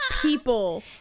people